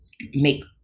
make